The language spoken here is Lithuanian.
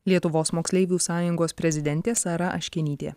lietuvos moksleivių sąjungos prezidentė sara aškinytė